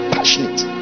Passionate